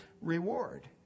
reward